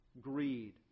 greed